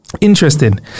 Interesting